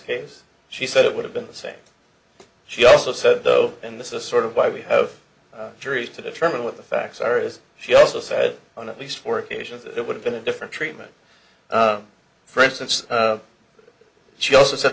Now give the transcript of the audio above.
case she said it would have been the same she also said though and this is sort of why we have juries to determine what the facts are is she also said on at least four patients it would have been a different treatment for instance she also said